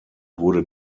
wurde